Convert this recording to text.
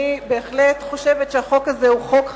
אני בהחלט חושבת שהחוק הזה הוא חוק חשוב,